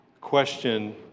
question